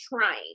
trying